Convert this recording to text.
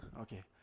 Okay